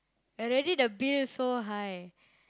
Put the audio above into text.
already the bills so high